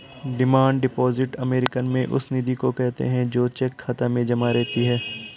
demand deposit American में उस निधि को कहते हैं जो चेक खाता में जमा रहती है